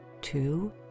Two